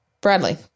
Bradley